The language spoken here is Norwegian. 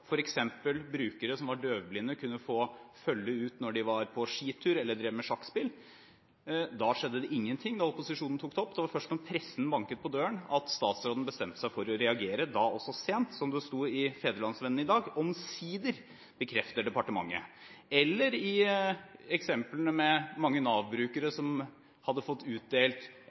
brukere som var døvblinde, kunne få følge ut på skitur eller drive med sjakkspill. Det skjedde ingenting da opposisjonen tok opp det. Det var først da pressen banket på døren at statsråden bestemte seg for å reagere – da også sent. Som det sto i Fædrelandsvennen i dag: «Omsider bekrefter departementet». Vi hadde eksemplene der mange Nav-brukere hadde fått utdelt